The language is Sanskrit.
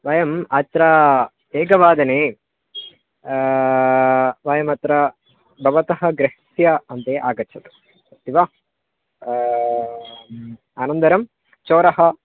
वयम् अत्र एकवादने वयमत्र भवतः गृहस्य अन्ते आगच्छतु अस्ति वा अनन्तरं चोरः